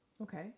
Okay